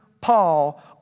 Paul